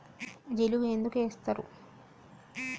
జిలుగు ఎందుకు ఏస్తరు?